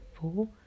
four